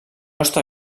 està